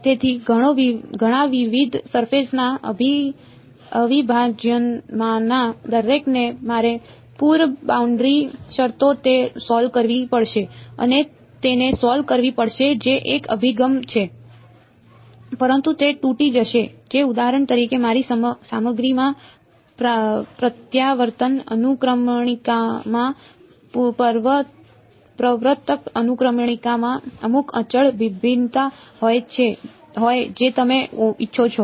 તેથી ઘણાં વિવિધ સરફેસ ના અવિભાજ્યમાંના દરેકને મારે પુટ બાઉન્ડ્રી શરતોને સોલ્વ કરવી પડશે અને તેને સોલ્વ કરવી પડશે જે એક અભિગમ છે પરંતુ તે તૂટી જશે જો ઉદાહરણ તરીકે મારી સામગ્રીમાં પ્રત્યાવર્તન અનુક્રમણિકામાં પ્રવર્તક અનુક્રમણિકામાં અમુક અચળ ભિન્નતા હોય જે તમે ઇચ્છો છો